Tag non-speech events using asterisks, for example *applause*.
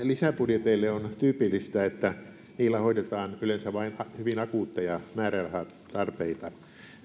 *unintelligible* lisäbudjeteille on tyypillistä että niillä hoidetaan yleensä vain hyvin akuutteja määrärahatarpeita